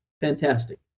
fantastic